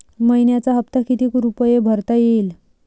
मइन्याचा हप्ता कितीक रुपये भरता येईल?